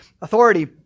authority